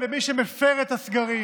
אני שמח לשמוע.